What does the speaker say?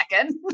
second